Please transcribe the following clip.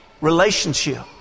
relationship